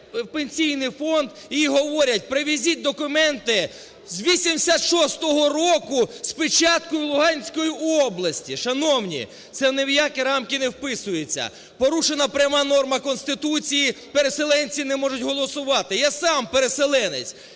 Пенсійний фонд, а їй говорять "привезіть документи з 1986 року, з печаткою Луганської області". Шановні, це ні в які рамки не вписується. Порушена пряма норма Конституції, переселенці не можуть голосувати. Я сам переселенець,